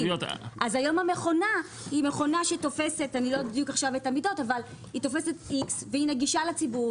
אז היום המכונה תופסת לא יודעת את המידות אבל תופסת X ונגישה לציבור,